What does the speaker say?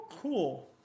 cool